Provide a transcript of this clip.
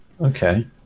Okay